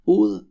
ud